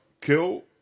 kill